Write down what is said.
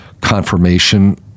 confirmation